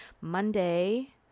Monday